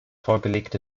vorgelegte